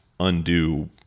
Undo